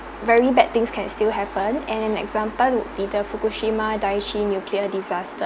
very bad things can still happen and an example would be the fukushima daiichi nuclear disaster